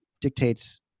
dictates